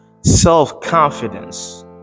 self-confidence